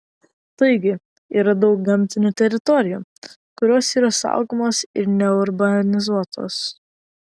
taigi yra daug gamtinių teritorijų kurios yra saugomos ir neurbanizuotos